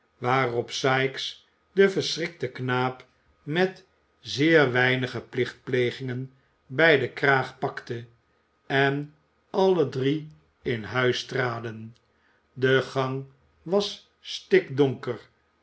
waarop sikes den verschrikten knaap met zeer weinige plichtplegingen bij den kraag pakte en alle drie in huis traden de gang was stikdonker